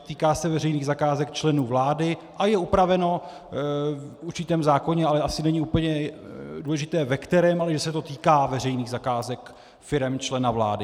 Týká se veřejných zakázek členů vlády a je upraveno v určitém zákoně, ale asi není úplně důležité, ve kterém, ale že se to týká veřejných zakázek firem člena vlády.